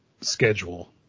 schedule